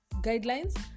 guidelines